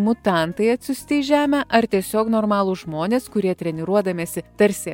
mutantai atsiųsti į žemę ar tiesiog normalūs žmonės kurie treniruodamiesi tarsi